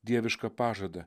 dievišką pažadą